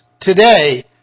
Today